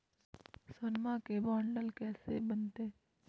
सोनमा के बॉन्ड कैसे बनते?